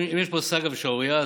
אם יש פה סאגה ושערורייה,